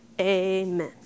Amen